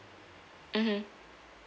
mmhmm